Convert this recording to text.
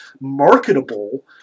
marketable